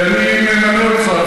אני אמנה אותך,